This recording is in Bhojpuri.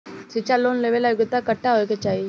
शिक्षा लोन लेवेला योग्यता कट्ठा होए के चाहीं?